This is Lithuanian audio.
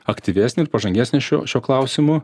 aktyvesnė ir pažangesnė šiuo šiuo klausimu